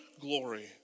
Glory